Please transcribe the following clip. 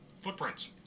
Footprints